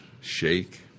Shake